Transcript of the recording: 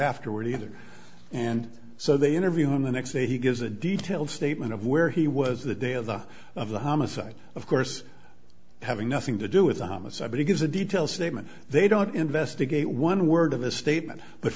afterwards either and so they interview him the next day he gives a detailed statement of where he was the day of the of the homicide of course having nothing to do with a homicide but he gives a detailed statement they don't investigate one word of his statement but